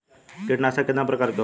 कीटनाशक केतना प्रकार के होला?